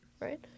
Right